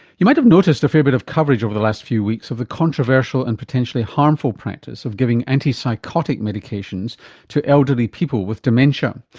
you might have noticed a fair bit of coverage over the last few weeks of a controversial and potentially harmful practice of giving anti-psychotic medications to elderly peopled with dementia.